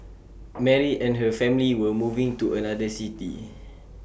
Mary and her family were moving to another city